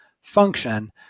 function